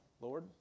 Lord